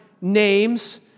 names